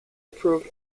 approved